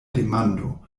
demando